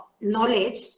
knowledge